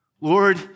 Lord